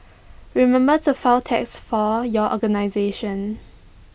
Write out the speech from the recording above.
remember to file tax for your organisation